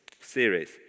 series